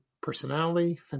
personality